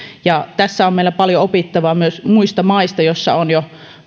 tässä on meillä paljon opittavaa myös muista maista joissa on jo